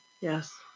Yes